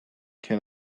can